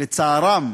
לצערם,